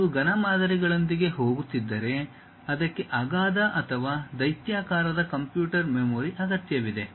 ನೀವು ಘನ ಮಾದರಿಗಳೊಂದಿಗೆ ಹೋಗುತ್ತಿದ್ದರೆ ಅದಕ್ಕೆ ಅಗಾಧ ಅಥವಾ ದೈತ್ಯಾಕಾರದ ಕಂಪ್ಯೂಟರ್ ಮೆಮೊರಿ ಅಗತ್ಯವಿದೆ